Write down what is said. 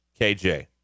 KJ